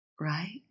Right